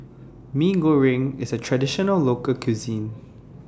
Mee Goreng IS A Traditional Local Cuisine